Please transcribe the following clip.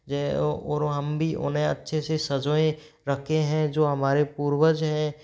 जे और हम भी उन्हें अच्छे से सँजोए रखे हैं जो हमारे पूर्वज है